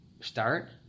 Start